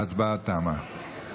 ההצבעה תמה.